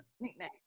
nickname